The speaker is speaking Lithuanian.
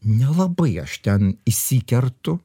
nelabai aš ten įsikertu